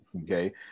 okay